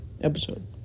episode